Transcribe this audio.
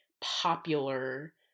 popular